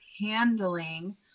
handling